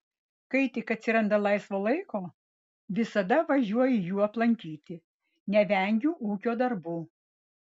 kai tik atsiranda laisvo laiko visada važiuoju jų aplankyti nevengiu ūkio darbų